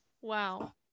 Wow